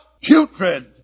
putrid